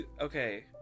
okay